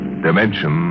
Dimension